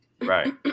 Right